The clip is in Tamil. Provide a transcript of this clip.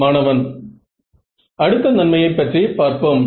மாணவன் அடுத்த நன்மையை பற்றி பார்ப்போம்